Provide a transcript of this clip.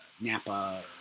NAPA